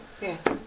Yes